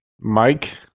Mike